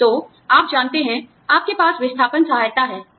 तो आप जानते हैं आपके पास विस्थापन सहायताoutplacement assistanceहै